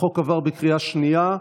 החוק עבר בקריאה השנייה.